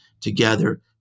together